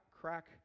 crack